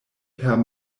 per